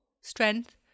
Strength